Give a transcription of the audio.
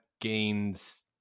gains